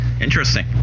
interesting